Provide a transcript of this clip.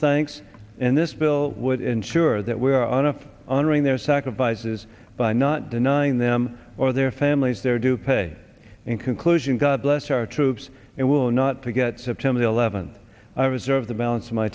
thanks in this bill would ensure that we are enough honoring their sacrifices by not denying them or their families their due pay in conclusion god bless our troops and will not forget september eleventh i reserve the balance of my